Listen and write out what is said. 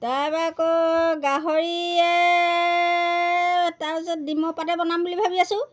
তাৰ পৰা আকৌ গাহৰিয়ে তাৰপিছত ডিম পাতে বনাম বুলি ভাবি আছোঁ